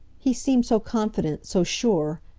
he seemed so confident, so sure.